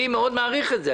אני מאוד מעריך את זה,